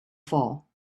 fall